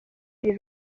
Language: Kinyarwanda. iri